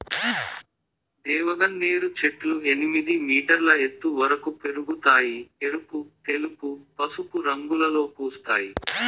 దేవగన్నేరు చెట్లు ఎనిమిది మీటర్ల ఎత్తు వరకు పెరగుతాయి, ఎరుపు, తెలుపు, పసుపు రంగులలో పూస్తాయి